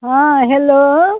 हँ हेलो